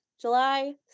July